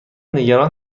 نگران